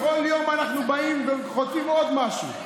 בכל יום אנחנו באים וחוטפים עוד משהו.